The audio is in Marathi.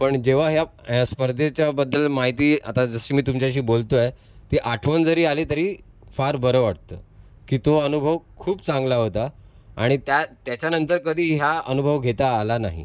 पण जेव्हा ह्या या स्पर्धेच्याबद्दल माहिती आता जशी मी तुमच्याशी बोलतो आहे ती आठवण जरी आली तरी फार बरं वाटतं की तो अनुभव खूप चांगला होता आणि त्या त्याच्यानंतर कधीही हा अनुभव घेत आला नाही